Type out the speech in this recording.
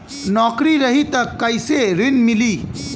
नौकरी रही त कैसे ऋण मिली?